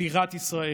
בירת ישראל.